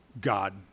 God